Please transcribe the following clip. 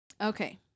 Okay